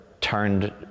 turned